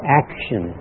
action